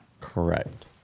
Correct